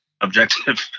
objective